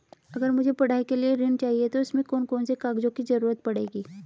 अगर मुझे पढ़ाई के लिए ऋण चाहिए तो उसमें कौन कौन से कागजों की जरूरत पड़ेगी?